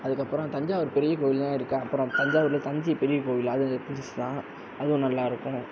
அதுக்கு அப்புறோம் தஞ்சாவூர் பெரிய கோயிலும் இருக்கு அப்புறம் தஞ்சாவூர்ல தஞ்சை பெரிய கோயில் அது பெருசுதான் அதுவும் நல்லா இருக்கும்